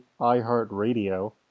iHeartRadio